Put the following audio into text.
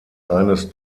eines